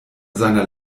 seiner